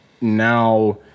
now